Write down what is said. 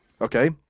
Okay